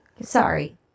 Sorry